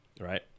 right